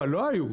אבל לא היו,